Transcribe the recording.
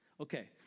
Okay